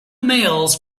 mails